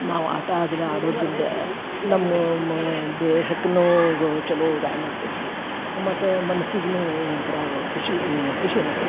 ನಾವು ಆಟ ಆದ್ರ ಆಡೋದರಿಂದ ನಮ್ಮ ಮಾ ದೇಹಕ್ನೂ ಗೂ ಚಲೋ ವ್ಯಾಯಾಮ ಆಗ್ತೈತಿ ಮತ್ತು ಮನ್ಸಿಗ್ನೂ ಒಂಥರಾ ಖುಷಿ ಖುಷಿ ಅನಿಸೈತಿ